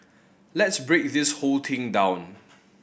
let's break this whole thing down